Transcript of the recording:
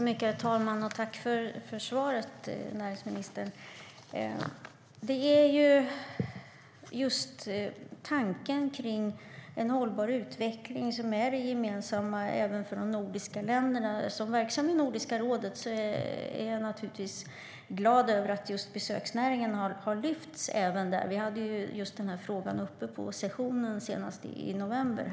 Herr talman! Jag tackar näringsministern för svaret. Det är just tanken på en hållbar utveckling som är det gemensamma även för de nordiska länderna. Som verksam i Nordiska rådet är jag naturligtvis glad över att just besöksnäringen har lyfts fram även där. Vi hade denna fråga uppe senast på sessionen i november.